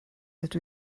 dydw